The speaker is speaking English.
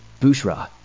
Bushra